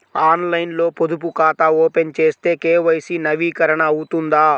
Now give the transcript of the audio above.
ఆన్లైన్లో పొదుపు ఖాతా ఓపెన్ చేస్తే కే.వై.సి నవీకరణ అవుతుందా?